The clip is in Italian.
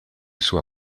sua